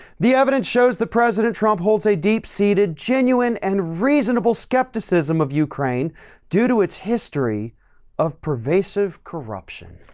the evidence shows the president trump holds a deep seated, genuine and reasonable skepticism of ukraine due to its history of pervasive corruption.